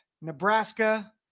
Nebraska